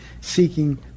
seeking